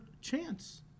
chance